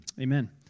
amen